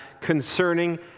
concerning